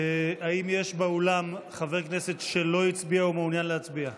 האם יש באולם חבר כנסת שלא הצביע ומעוניין להצביע?